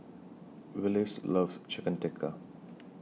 Willis loves Chicken Tikka